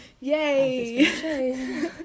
Yay